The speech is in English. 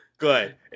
Good